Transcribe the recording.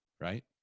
right